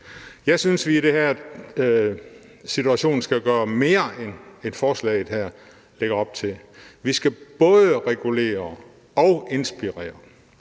den her situation skal gøre mere, end forslaget her lægger op til. Vi skal både regulere og inspirere.